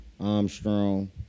Armstrong